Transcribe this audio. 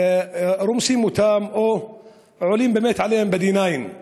כבר רומסים אותן או באמת עולים עליהן ב-9D.